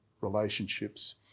relationships